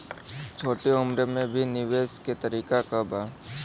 छोटी उम्र में भी निवेश के तरीका क बा?